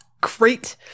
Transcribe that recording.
great